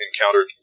encountered